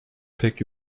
pek